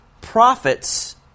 prophets